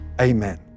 Amen